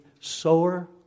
sower